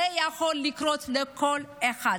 זה יכול לקרות לכל אחד.